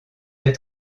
des